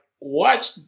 watch